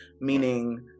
Meaning